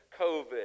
COVID